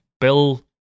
Bill